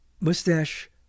mustache